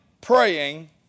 praying